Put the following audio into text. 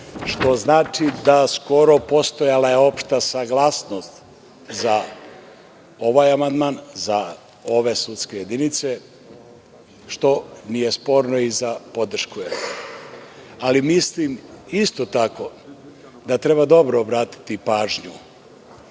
što znači da je skoro postojala opšta saglasnost za ovaj amandman, za ove sudske jedinice, što nije sporno i za podršku. Isto tako, mislim da treba dobro obratiti pažnju